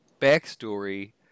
backstory